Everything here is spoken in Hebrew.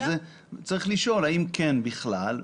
צריך לשאול האם כן בכלל,